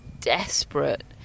desperate